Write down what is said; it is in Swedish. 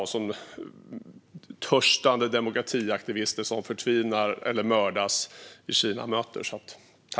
Det finns törstande demokratiaktivister som förtvinar eller mördas i Kina.